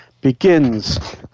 begins